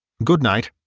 good-night.